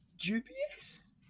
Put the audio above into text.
Dubious